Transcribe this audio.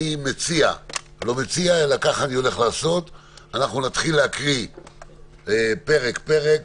אנחנו נתחיל להקריא פרק-פרק,